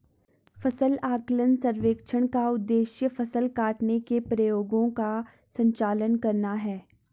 फसल आकलन सर्वेक्षण का उद्देश्य फसल काटने के प्रयोगों का संचालन करना है